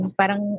parang